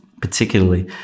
particularly